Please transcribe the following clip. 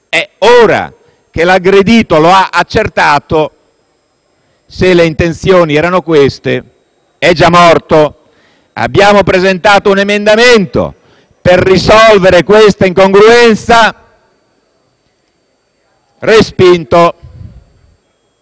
quando l'aggredito avrà accertato se le intenzioni erano queste, sarà già morto. Abbiamo presentato un emendamento per risolvere questa incongruenza ed